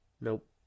Nope